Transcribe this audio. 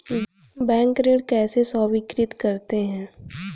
Bank ऋण कैसे स्वीकृत करते हैं?